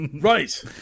Right